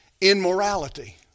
immorality